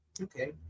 okay